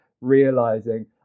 realizing